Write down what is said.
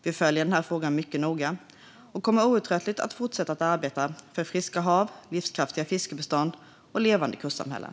Vi följer den här frågan mycket noga och kommer outtröttligt att fortsätta arbetet för friska hav, livskraftiga fiskbestånd och levande kustsamhällen.